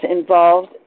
involved